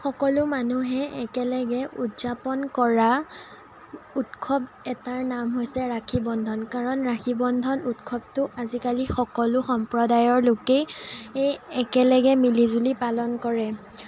সকলো মানুহে একেলগে উদযাপন কৰা উৎসৱ এটাৰ নাম হৈছে ৰাখি বন্ধন কাৰণ ৰাখি বন্ধন উৎসৱটো আজিকালি সকলো সম্প্ৰদায়ৰ লোকেই একেলগে মিলিজুলি পালন কৰে